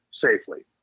safely